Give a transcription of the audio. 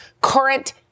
current